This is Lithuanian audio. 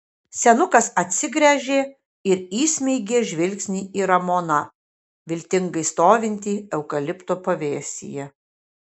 senukas atsigręžė ir įsmeigė žvilgsnį į ramoną viltingai stovintį eukalipto pavėsyje